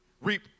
reap